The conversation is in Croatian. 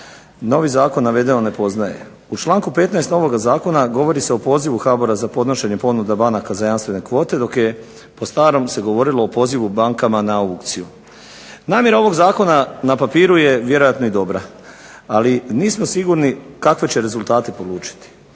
Novi zakon navedeno ne poznaje. U članku 15. novoga zakona govori se o pozivu HBOR-a za podnošenje ponuda banaka za jamstvene kvote, dok je po starom se govorilo o pozivu bankama na aukciju. Namjera ovog zakona na papiru je vjerojatno i dobra. Ali nismo sigurni kakve će rezultate polučiti